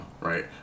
right